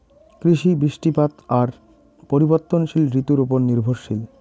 কৃষি, বৃষ্টিপাত আর পরিবর্তনশীল ঋতুর উপর নির্ভরশীল